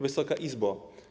Wysoka Izbo!